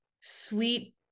sweet